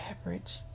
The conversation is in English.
average